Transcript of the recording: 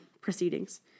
proceedings